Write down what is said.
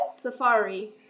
safari